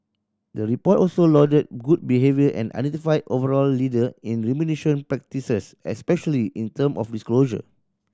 the report also lauded good behaviour and identified overall leader in remuneration practices especially in term of disclosure